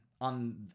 on